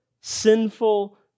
sinful